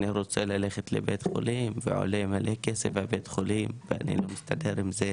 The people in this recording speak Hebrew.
אני רוצה ללכת לבית חולים ועולה מלא כסף בבית חולים ואני לא מסתדר עם זה